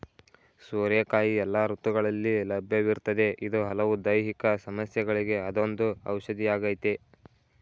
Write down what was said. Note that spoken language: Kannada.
ಸೋರೆಕಾಯಿ ಎಲ್ಲ ಋತುಗಳಲ್ಲಿ ಲಭ್ಯವಿರ್ತದೆ ಇದು ಹಲವು ದೈಹಿಕ ಸಮಸ್ಯೆಗಳಿಗೆ ಅದೊಂದು ಔಷಧಿಯಾಗಯ್ತೆ